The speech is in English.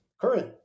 current